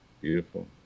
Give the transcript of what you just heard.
beautiful